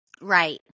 Right